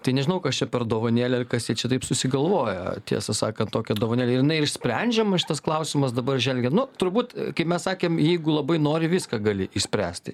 tai nežinau kas čia per dovanėlė ir kas ją čia taip susigalvojo tiesą sakant tokią dovanėlę ir jinai išsprendžiama šitas klausimas dabar želgia nu turbūt kai mes sakėm jeigu labai nori viską gali išspręsti